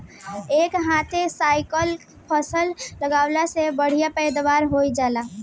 एक साथे कईगो फसल लगावला से बढ़िया पैदावार भी हो जाला